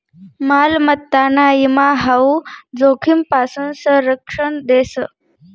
मालमत्ताना ईमा हाऊ जोखीमपासून संरक्षण देस